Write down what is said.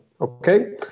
okay